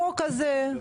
החוק הזה --- סליחה,